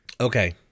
okay